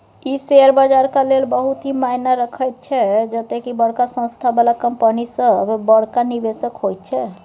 ई share बजारक लेल बहुत ही मायना रखैत छै जते की बड़का संस्था बला कंपनी सब बड़का निवेशक होइत छै